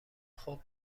خوب